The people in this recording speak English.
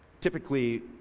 typically